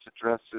addresses